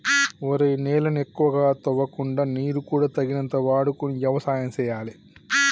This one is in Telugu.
ఒరేయ్ నేలను ఎక్కువగా తవ్వకుండా నీరు కూడా తగినంత వాడుకొని యవసాయం సేయాలి